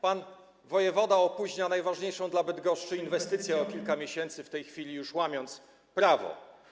Pan wojewoda opóźnia najważniejszą dla Bydgoszczy inwestycję o kilka miesięcy, w tej chwili już łamiąc prawo.